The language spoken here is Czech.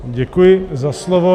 Děkuji za slovo.